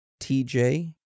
TJ